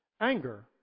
Anger